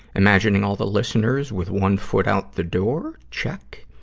imagining all the listeners with one foot out the door check.